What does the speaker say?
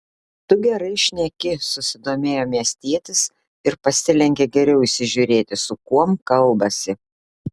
tu gerai šneki susidomėjo miestietis ir pasilenkė geriau įsižiūrėti su kuom kalbasi